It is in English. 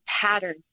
pattern